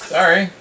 Sorry